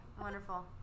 Wonderful